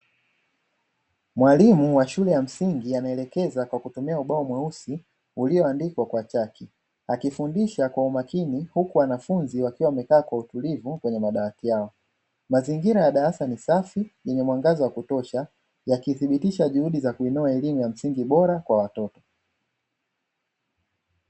Mwalimu wa shule ya msingi anaelekeza kwa kutumia ubao mweusi ulioandikwa kwa chaki, akifundisha kwa umakini huku wanafunzi wakiwa kwa utulivu kwenye madawati yao , Mazingira ya darasa ni safi yenye mwangaza wa kutosha, yakithibitisha juhudi za kuinua elimu ya msingi bora kwa watoto.